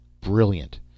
Brilliant